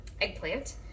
eggplant